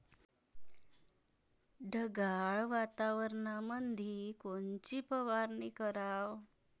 ढगाळ वातावरणामंदी कोनची फवारनी कराव?